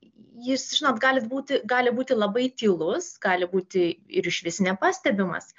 jis žinot galit būti gali būti labai tylus gali būti ir išvis nepastebimas